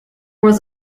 was